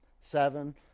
seven